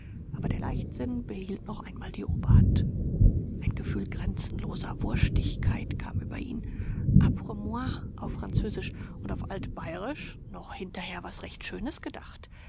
aber der leichtsinn behielt noch einmal die oberhand ein gefühl grenzenloser wurschtigkeit kam über ihn aprs moi auf französisch und auf altbairisch noch hinterher was recht schönes gedacht